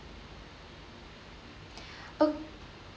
oh